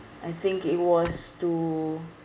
I think it was to